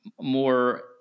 more